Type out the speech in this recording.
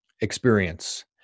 experience